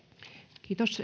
kiitos